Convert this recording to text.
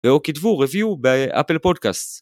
ואו כתבו review באפל פודקאסט.